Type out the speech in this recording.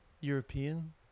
european